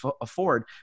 afford